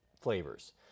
flavors